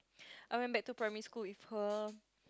I went back to primary school with her